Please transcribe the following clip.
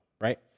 right